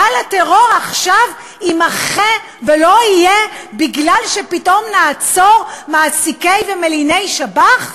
גל הטרור עכשיו יימחה ולא יהיה מפני שפתאום נעצור מעסיקי ומליני שב"ח?